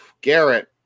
Garrett